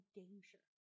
danger